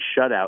shutout